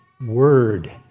word